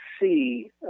see